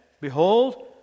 behold